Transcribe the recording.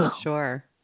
Sure